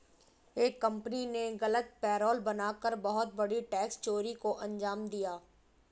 एक कंपनी ने गलत पेरोल बना कर बहुत बड़ी टैक्स चोरी को अंजाम दिया